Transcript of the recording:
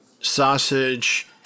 sausage